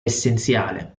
essenziale